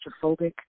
claustrophobic